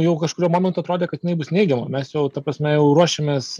jau kažkuriuo momentu atrodė kad jinai bus neigiama mes jau ta prasme jau ruošiamės